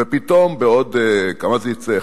ופתאום בעוד, כמה זה יצא?